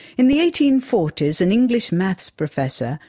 in the eighteen forty s an english maths professor,